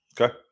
Okay